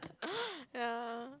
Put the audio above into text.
ya